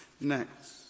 next